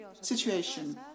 situation